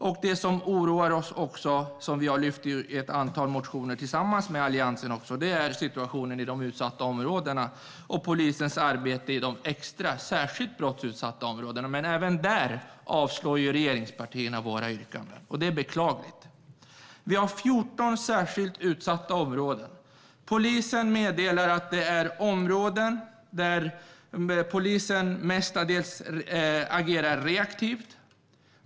Det som också oroar oss, och som vi har lyft fram i ett antal motioner tillsammans med Alliansen, är situationen i de utsatta områdena och polisens arbete i de särskilt brottsutsatta områdena. Även där avslår regeringspartierna våra yrkanden, och det är beklagligt. Vi har 14 särskilt utsatta områden. Polisen meddelar att det är områden där polisen mestadels agerar reaktivt.